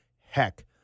heck